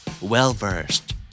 Well-versed